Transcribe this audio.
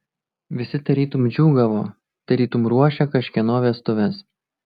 visi tarytum džiūgavo tarytum ruošė kažkieno vestuves